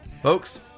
Folks